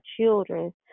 children